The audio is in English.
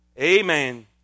Amen